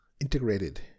integrated